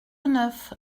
neuf